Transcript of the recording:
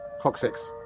coccyx.